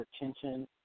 attention